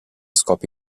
scopi